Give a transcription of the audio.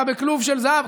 אתה בכלוב של זהב.